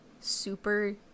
super